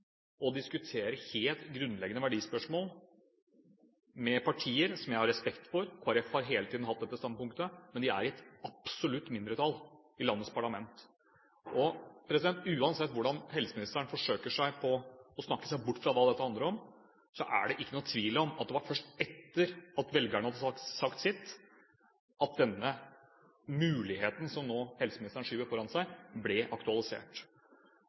å diskutere helt grunnleggende verdispørsmål med partier, som jeg har respekt for. Kristelig Folkeparti har hele tiden hatt dette standpunktet, men de er i et absolutt mindretall i landets parlament. Uansett hvordan helseministeren forsøker seg på å snakke seg bort fra hva dette handler om, er det ikke noen tvil om at det var først etter at velgerne hadde sagt sitt, at denne muligheten, som nå helseministeren skyver foran seg, ble aktualisert.